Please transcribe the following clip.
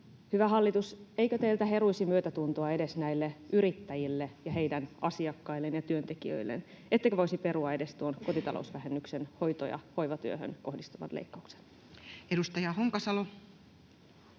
Hyvä hallitus, eikö teiltä heruisi myötätuntoa edes näille yrittäjille ja heidän asiakkailleen ja työntekijöilleen? Ettekö voisi perua edes tuon kotitalousvähennyksen hoito- ja hoivatyöhön kohdistuvat leikkaukset? [Speech 109]